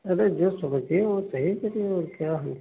अरे जो समझिए वह सही करिए और क्या हम कहें